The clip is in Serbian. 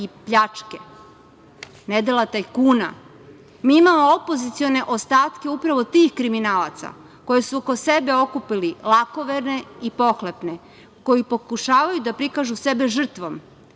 i pljačke, nedela tajkuna. Mi imamo opozicione ostatke upravo tih kriminalaca koji su oko sebe okupili lakoverne i pohlepne, koji pokušavaju da prikažu sebe žrtvom.